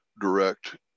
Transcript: direct